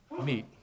meet